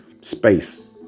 space